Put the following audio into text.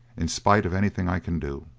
in spite of anything i can do.